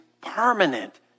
permanent